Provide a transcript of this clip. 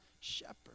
shepherd